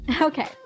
Okay